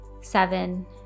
seven